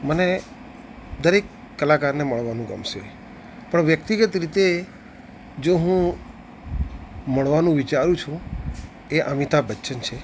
મને દરેક કલાકારને મળવાનું ગમશે પણ વ્યક્તિગત રીતે જો હું મળવાનું વિચારું છું એ અમિતાભ બચ્ચન છે